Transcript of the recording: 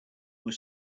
were